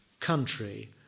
country